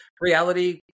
reality